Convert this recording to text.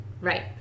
Right